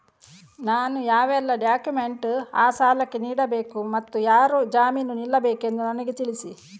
ನಾನು ಯಾವೆಲ್ಲ ಡಾಕ್ಯುಮೆಂಟ್ ಆ ಸಾಲಕ್ಕೆ ನೀಡಬೇಕು ಮತ್ತು ಯಾರು ಜಾಮೀನು ನಿಲ್ಲಬೇಕೆಂದು ನನಗೆ ತಿಳಿಸಿ?